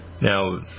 Now